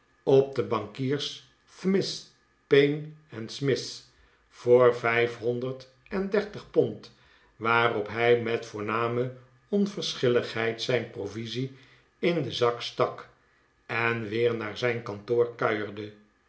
op de bankiers smith payne en smith voor vijfhonderd en dertig pond waarop hij met voorname onverschilligheid zijn provisie in den zak stak en weer naar zijn kantoor kuierde